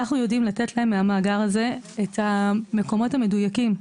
אנחנו יודעים לתת להם מהמאגר הזה את המקומות המדויקים.